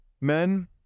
Men